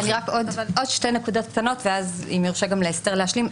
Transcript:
עוד שתי נקודות ואחר כך אם יורשה לאסתר להשלים.